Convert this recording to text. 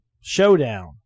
Showdown